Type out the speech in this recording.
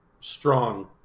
strong